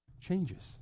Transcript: changes